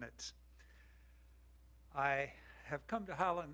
minutes i have come to holland